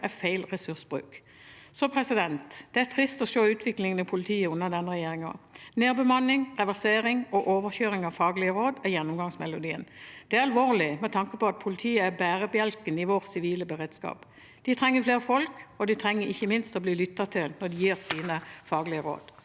er feil ressursbruk. Det er trist å se utviklingen i politiet under denne regjeringen. Nedbemanning, reversering og overkjøring av faglige råd er gjennomgangsmelodien. Det er alvorlig med tanke på at politiet er bærebjelken i vår sivile beredskap. De trenger flere folk, og de trenger ikke minst å bli lyttet til når de gir sine faglige råd.